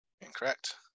Incorrect